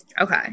Okay